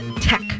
tech